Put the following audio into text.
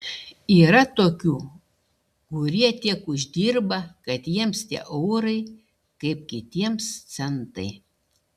yra tokių kurie tiek uždirba kad jiems tie eurai kaip kitiems centai